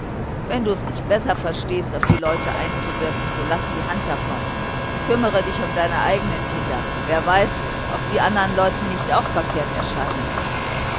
wenn du es nicht besser verstehst auf die leute einzuwirken so laß die hand davon kümmere dich um deine eigenen kinder wer weiß ob sie andern leuten nicht auch verkehrt erscheinen